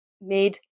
made